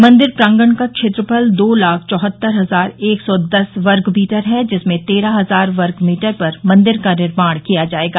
मंदिर प्रांगण का क्षेत्रफल दो लाख चौहत्तर हजार एक सौ दस वर्गमीटर है जिसमें तेरह हजार वर्गमीटर पर मंदिर का निर्माण किया जायेगा